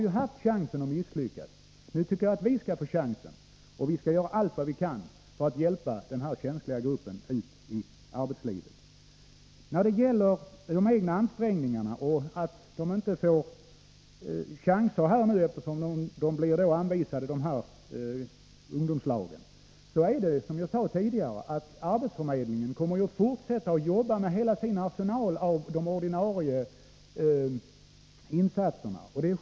Ni har haft chansen och misslyckats. Jag tycker att vi nu skall få vår chans att hjälpa den känsliga grupp som det gäller ut i arbetslivet. När det gäller ungdomarnas egna ansträngningar och risken för att de inte får chanser därför att de blir hänvisade till ungdomslagen vill jag peka på att arbetsförmedlingen, som jag tidigare sade, kommer att fortsätta att arbeta med hela sin arsenal av de ordinarie insatserna.